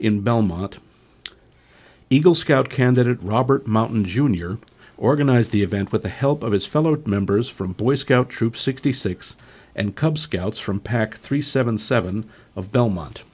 in belmont eagle scout candidate robert mountain jr organized the event with the help of his fellow to members from boy scout troop sixty six and cub scouts from pac three seven seven of belmont